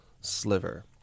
sliver